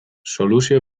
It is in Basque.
soluzio